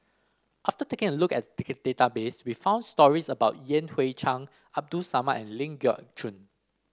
after taking a look at the database we found stories about Yan Hui Chang Abdul Samad and Ling Geok Choon